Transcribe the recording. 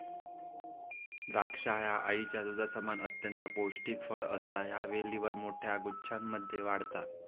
द्राक्षा ह्या आईच्या दुधासमान अत्यंत पौष्टिक फळ असा ह्या वेलीवर मोठ्या गुच्छांमध्ये वाढता